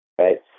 right